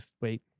wait